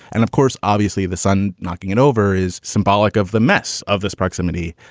and of course, obviously, the son knocking it over is symbolic of the mess of this proximity,